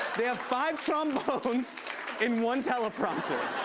they have five trombones and one teleprompter.